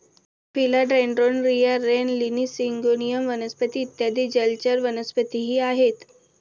फिला dendron, रिया, rain lily, syngonium वनस्पती इत्यादी जलचर वनस्पतीही आहेत